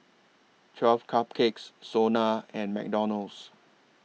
twelve Cupcakes Sona and McDonald's